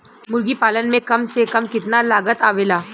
मुर्गी पालन में कम से कम कितना लागत आवेला?